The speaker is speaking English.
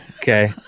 okay